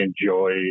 enjoy